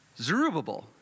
Zerubbabel